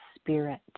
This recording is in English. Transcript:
spirit